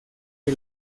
que